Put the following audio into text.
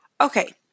Okay